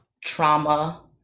trauma